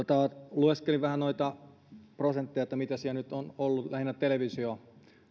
lueskelin vähän noita prosentteja mitä siellä nyt on ollut lähinnä televisio